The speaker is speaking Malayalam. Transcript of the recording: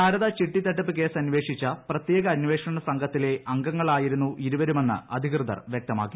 ശാരദാ ചിട്ടിതട്ടിപ്പ് കേസ് അന്വേഷിച്ച പ്രത്യേക അന്വേഷണ സംഘത്തിലെ അംഗങ്ങളായിരുന്നു ഇരുവരുമെന്ന് അധികൃതർ വ്യക്തമാക്കി